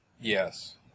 Yes